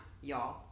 y'all